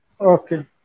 Okay